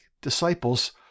disciples